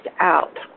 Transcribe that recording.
out